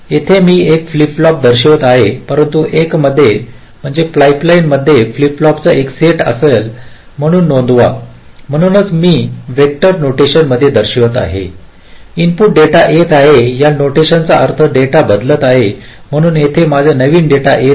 येथे मी एक फ्लिप फ्लॉप दर्शवित आहे परंतु एक मध्ये म्हणजे पाईपलाईन मध्ये फ्लिप फ्लॉपचा एक सेट असेल म्हणून नोंदवा म्हणूनच मी वेक्टर नोटेशनमध्ये दर्शवित आहे इनपुट डेटा येत आहे या नोटेशनचा अर्थ डेटा बदलत आहे म्हणून येथे माझा नवीन डेटा येत आहे